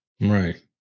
Right